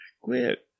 Quit